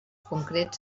concrets